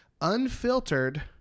Unfiltered